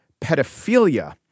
pedophilia